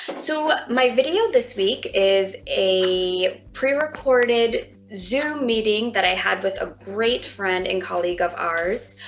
so my video this week is a pre-recorded zoom meeting that i had with a great friend and colleague of ours,